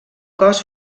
cos